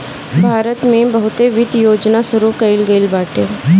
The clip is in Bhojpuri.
भारत में बहुते वित्त योजना शुरू कईल गईल बाटे